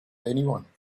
anyone